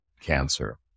cancer